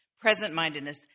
present-mindedness